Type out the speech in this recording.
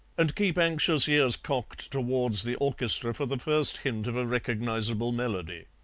and keep anxious ears cocked towards the orchestra for the first hint of a recognizable melody.